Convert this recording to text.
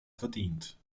verdient